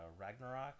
Ragnarok